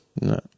no